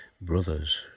brothers